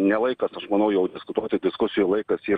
ne laikas aš manau jau diskutuoti diskusijų laikas yra